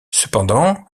cependant